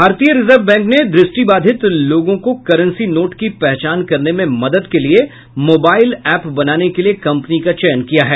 भारतीय reserve bank ने द्रष्टि बाधित लोगों को करेंसी नोट की पहचान करने में मदद के लिए मोबाईल एप बनाने के लिए कम्पनी का चयन किया है